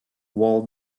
wall